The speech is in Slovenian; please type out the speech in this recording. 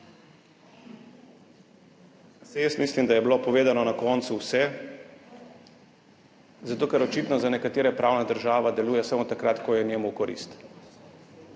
Saj jaz mislim, da je bilo povedano na koncu vse, zato ker očitno za nekatere pravna država deluje samo takrat, ko je njim v korist.